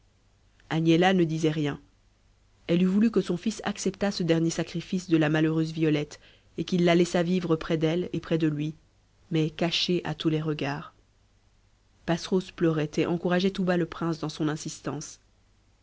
agnella ne disait rien elle eût voulu que son fils acceptât ce dernier sacrifice de la malheureuse violette et qu'il la laissât vivre près d'elle et près de lui mais cachée à tous les regards passerose pleurait et encourageait tout bas le prince dans son insistance